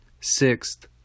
sixth